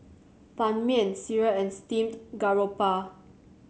Ban Mian sireh and Steamed Garoupa